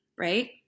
Right